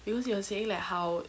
because they were saying like how